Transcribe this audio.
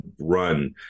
run